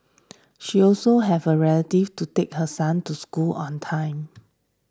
she also have a relative to take her son to school on time